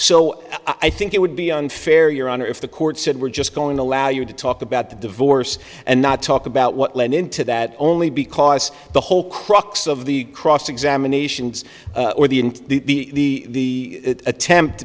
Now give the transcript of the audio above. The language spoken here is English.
so i think it would be unfair your honor if the court said we're just going to allow you to talk about the divorce and not talk about what led into that only because the whole crux of the cross examination or the and the attempt